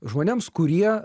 žmonėms kurie